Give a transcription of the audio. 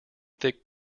thick